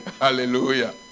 Hallelujah